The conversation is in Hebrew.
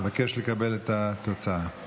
אבקש לקבל את התוצאה.